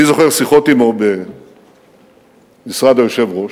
אני זוכר שיחות עמו במשרד היושב-ראש,